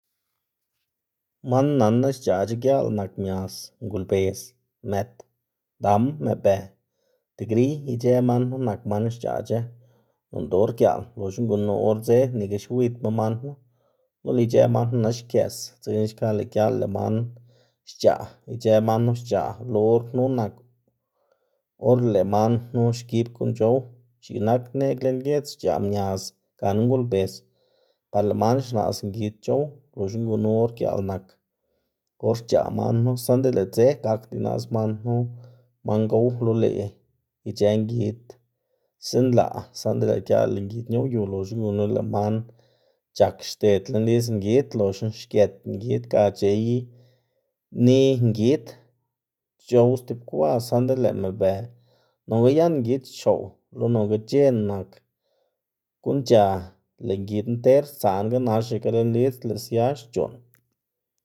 Man nanná xc̲h̲aꞌc̲h̲a giaꞌl nak mias, ngolbez, mët, dam, mëꞌbe, tigriy, ic̲h̲ë man knu nak man xc̲h̲aꞌc̲h̲a noꞌnda or giaꞌl loxna gunu or dze nika xwiydma man knu lo lëꞌ ic̲h̲ë man knu naxkes, dzekna xka lëꞌ giaꞌl lëꞌ man xc̲h̲aꞌ, ic̲h̲ë man knu xc̲h̲aꞌ lo or knu nak or lëꞌ man knu xgib guꞌn c̲h̲ow, x̱iꞌk nak neꞌg lën giedz xc̲h̲aꞌ mias gana ngolbez par lëꞌ man xnaꞌs ngid c̲h̲ow, loxna gunu or giaꞌl nak or xc̲h̲aꞌ man knu saꞌnda lëꞌ dze gakda inaꞌs man knu man gow, lo lëꞌ ic̲h̲ë ngid zinlaꞌ, saꞌnda lëꞌ giaꞌl lëꞌ ngid ñoꞌwyu, loxna gunu lëꞌ man c̲h̲ak xded lën lidz ngid loxna xgët xgid ga c̲h̲ey ni- ngid c̲h̲ow stib kwa, saꞌnda lëꞌ mëꞌbe nonga yan ngid xchoꞌw lo nonga c̲h̲en nak guꞌn c̲h̲a lëꞌ ngid nter stsaꞌnga naxaga lën lidz lëꞌ sia xc̲h̲oꞌn.